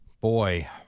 Boy